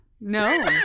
No